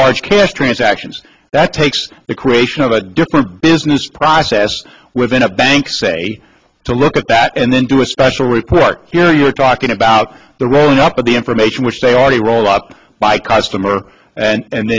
r transactions that takes the creation of a different business process within a bank say to look at that and then do a special report here you are talking about the rolling up of the information which they already roll up by customer and